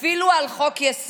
אפילו על חוק-יסוד.